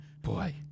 Boy